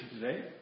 today